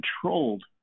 controlled